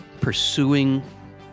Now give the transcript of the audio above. pursuing